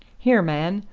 here, man,